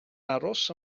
aros